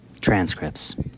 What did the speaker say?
Transcripts